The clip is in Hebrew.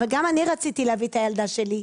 אבל גם אני רציתי להביא את הילדה שלי.